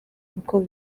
niko